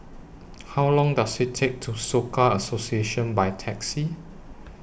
How Long Does IT Take to get to Soka Association By Taxi